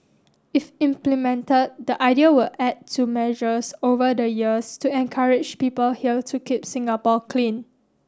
if implemented the idea will add to measures over the years to encourage people here to keep Singapore clean